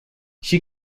she